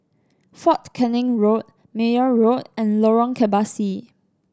Fort Canning Road Meyer Road and Lorong Kebasi